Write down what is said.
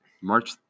March